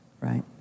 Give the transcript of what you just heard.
right